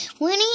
Winnie